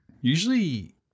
Usually